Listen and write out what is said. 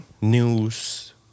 news